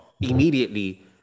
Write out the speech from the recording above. immediately